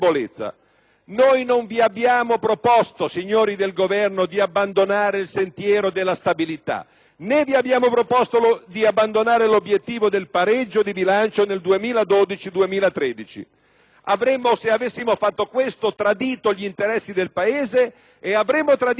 né vi abbiamo proposto di abbandonare l'obiettivo del pareggio di bilancio nel 2012-2013: avremmo, se avessimo fatto questo, tradito gli interessi del Paese e avremmo tradito noi stessi, visto che siamo stati noi, non voi, a guidare lo sforzo per conquistarlo quel sentiero.